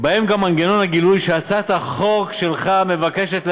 ובהם גם מנגנון הגילוי שהצעת החוק שלך מבקשת להסדיר.